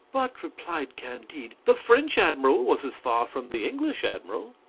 but, replied candide, the french admiral was as far from the english admiral.